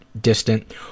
distant